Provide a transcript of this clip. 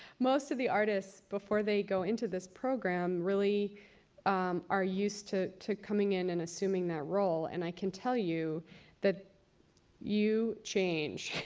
most of the artists, before they go into this program, um are used to to coming in and assuming that role. and i can tell you that you change.